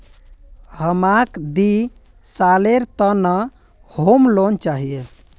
हमाक दी सालेर त न होम लोन चाहिए